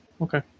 Okay